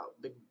big